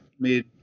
made